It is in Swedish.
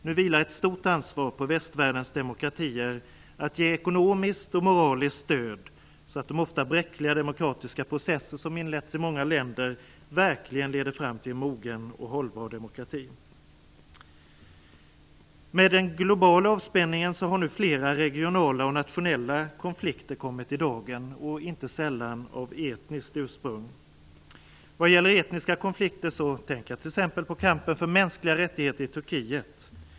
Nu vilar ett stort ansvar på västvärldens demokratier att ge ekonomiskt och moraliskt stöd, så att de ofta bräckliga demokratiska processer som inletts i många länder, verkligen leder fram till en mogen och hållbar demokrati. Med den globala avspänningen har nu flera regionala och nationella konflikter kommit i dagen, inte sällan av etniskt ursprung. När det gäller etniska konflikter tänker jag t.ex. på kampen för mänskliga rättigheter i Turkiet.